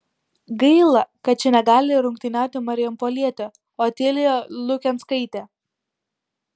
gaila kad čia negali rungtyniauti marijampolietė otilija lukenskaitė